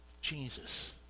Jesus